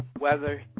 weather